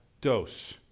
dose